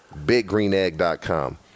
biggreenegg.com